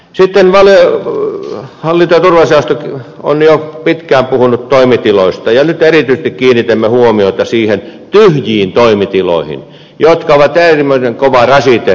sitten hallinto ja turvallisuusjaosto on jo pitkään puhunut toimitiloista ja nyt erityisesti kiinnitimme huomiota tyhjiin toimitiloihin jotka ovat äärimmäisen kova rasite puolustushallinnolle